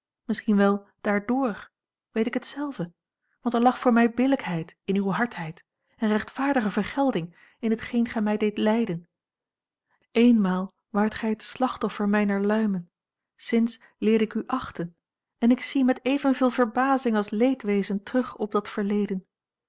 misschien wel daardoor weet ik het zelve want er lag voor mij billijkheid in uwe hardheid en rechtvaardige vergelding in hetgeen gij mij deedt lijden eenmaal waart gij het slachtoffer mijner luimen sinds leerde ik u achten en ik zie met evenveel verbazing als leedwezen terug op dat verleden